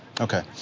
Okay